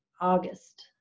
August